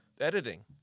editing